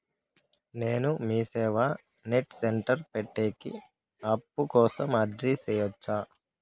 నేను MeeSeva net center పెట్టేకి అప్పు కోసం అర్జీ సేయొచ్చా?